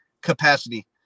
capacity